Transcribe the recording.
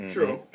True